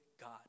God